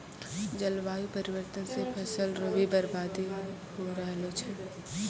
जलवायु परिवर्तन से फसल रो भी बर्बादी हो रहलो छै